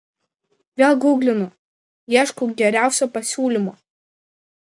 vėl guglinu ieškau geriausio pasiūlymo